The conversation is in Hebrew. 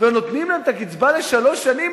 ונותנים להם את הקצבה לשלוש שנים?